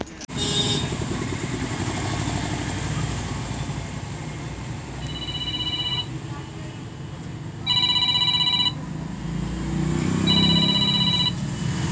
कनी दिन खातामे लेन देन नै हेतौ त खाता बन्न भए जेतौ